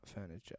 Furniture